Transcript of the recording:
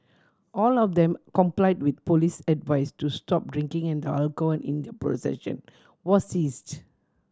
all of them complied with police advice to stop drinking and the alcohol in their possession was seized